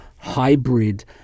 hybrid